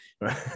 right